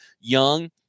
Young